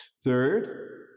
Third